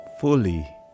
fully